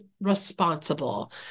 responsible